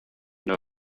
know